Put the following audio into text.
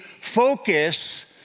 focus